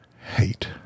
hate